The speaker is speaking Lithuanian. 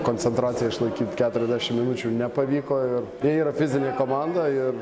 koncentraciją išlaikyt keturiasdešimt minučių nepavyko ir tai yra fizinė komanda ir